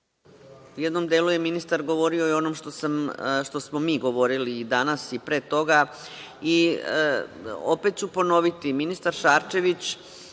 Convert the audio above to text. U jednom delu je ministar govorio i o onome što smo mi govorili i danas i pre toga. Opet ću ponoviti, ministar Šarčević,